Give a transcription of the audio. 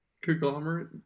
conglomerate